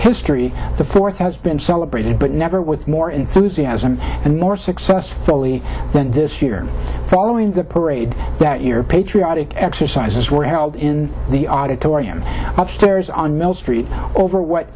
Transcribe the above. history the fourth has been celebrated but never with more enthusiasm and more successfully than this year following the parade that your patriotic exercises were held in the auditorium up stairs on mill street over what